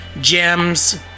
gems